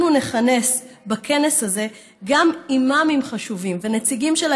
אנחנו נכנס בכנס הזה גם אימאמים חשובים ונציגים של